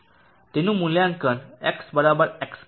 તેનું મૂલ્યાંકન x xk પર કરવામાં આવે છે